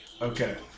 Okay